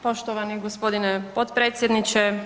Poštovani g. potpredsjedniče.